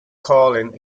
calling